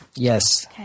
Yes